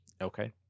Okay